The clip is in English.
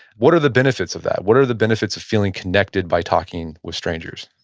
what are the benefits of that? what are the benefits of feeling connected by talking with strangers?